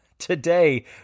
Today